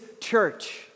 church